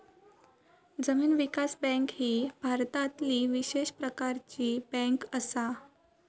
जमीन विकास बँक ही भारतातली विशेष प्रकारची बँक असा